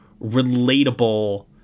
relatable